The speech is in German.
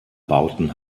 bauten